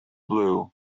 blue